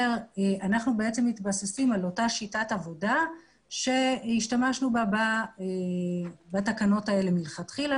אנחנו מתבססים על אותה שיטת עבודה שהשתמשנו בה בתקנות האלה מלכתחילה,